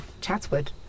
Chatswood